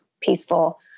peaceful